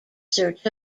search